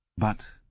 but,